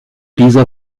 dieser